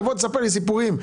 תספר לי סיפורים,